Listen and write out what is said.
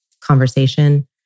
conversation